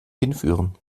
hinführen